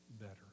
better